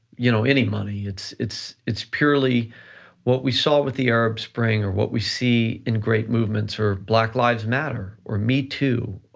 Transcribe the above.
you know any money, it's it's purely what we saw with the arab spring, or what we see in great movements or black lives matter or me too,